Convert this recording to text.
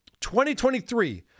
2023